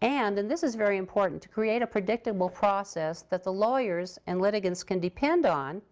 and and this is very important to create a predictable process that the lawyers and litigants can depend on